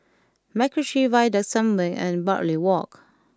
MacRitchie Viaduct Sembawang and Bartley Walk